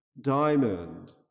diamond